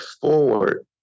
forward